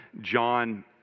John